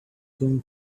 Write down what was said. going